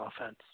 offense